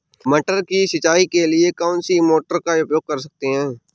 मटर की सिंचाई के लिए कौन सी मोटर का उपयोग कर सकते हैं?